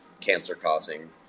cancer-causing